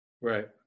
Right